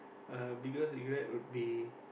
uh biggest regret would be